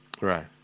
Right